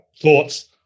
thoughts